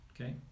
Okay